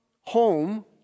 home